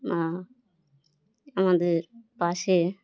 মা আমাদের পাশে